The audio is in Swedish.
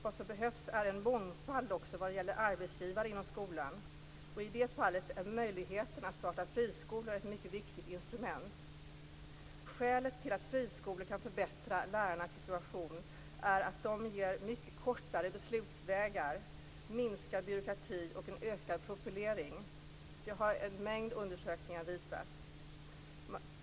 Vad som behövs är en mångfald också vad gäller arbetsgivare inom skolan. I det avseendet är möjligheten att starta friskolor ett mycket viktigt instrument. Skälet till att friskolor kan förbättra lärarnas situation är att de ger mycket kortare beslutsvägar, minskad byråkrati och ökad profilering. Det har en mängd undersökningar visat.